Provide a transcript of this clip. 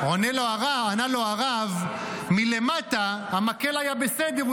ענה לו הרב: מלמטה המקל היה בסדר,